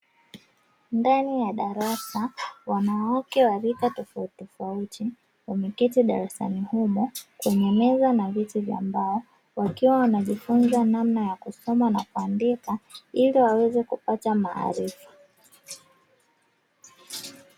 Ndani ya darasa wanawake wa rika tofautitofauti wameketi darasani humo kwenye meza na viti vya mbao, wakiwa wanajifunza namna ya kusoma na kuandika ili waweze kupata maarifa.